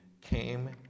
came